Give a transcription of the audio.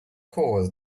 cause